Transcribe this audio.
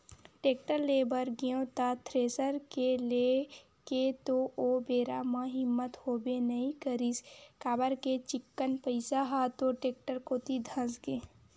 tractor ले बर गेंव त थेरेसर के लेय के तो ओ बेरा म हिम्मत होबे नइ करिस काबर के चिक्कन पइसा ह तो टेक्टर कोती धसगे